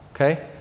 Okay